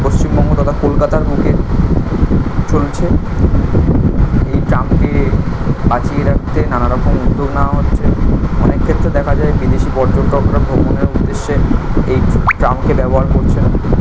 পশ্চিমবঙ্গ তথা কলকাতার বুকে চলছে এই ট্রামকে বাঁচিয়ে রাখতে নানারকম উদ্যোগ নেওয়া হচ্ছে অনেক ক্ষেত্রে দেখা যায় বিদেশী পর্যটকরা ভ্রমণের উদ্দেশ্যে এই ট্রামকে ব্যবহার করছেন